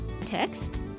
Text